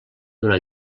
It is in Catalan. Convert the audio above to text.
d’una